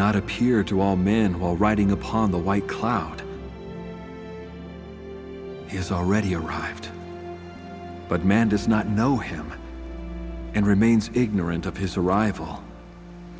not appear to all men all writing upon the white cloud has already arrived but man does not know him and remains ignorant of his arrival